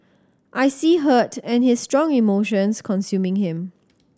I see hurt and his strong emotions consuming him